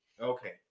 Okay